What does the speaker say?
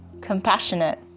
compassionate